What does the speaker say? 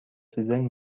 سیزن